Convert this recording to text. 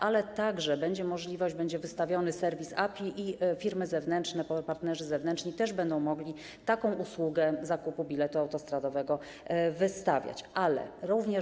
Ale będzie także inna możliwość, będzie wystawiony serwis API i firmy zewnętrzne, partnerzy zewnętrzni też będą mogli taką usługę zakupu biletu autostradowego oferować.